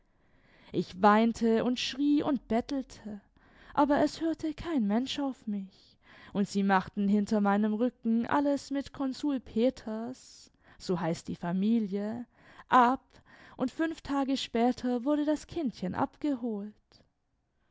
ich weinte und schrie und bettelte aber es hörte kein mensch auf mich und sie machten hinter meinem rücken alles mit konsul peters so heißt die familie ab und fünf tage später wurde das kindchen abgeholt